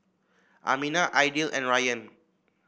Aminah Aidil and Ryan